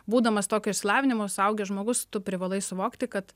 būdamas tokio išsilavinimo suaugęs žmogus tu privalai suvokti kad